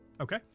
Okay